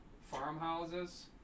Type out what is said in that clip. farmhouses